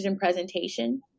presentation